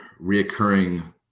reoccurring